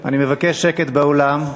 אני מבקש שקט באולם.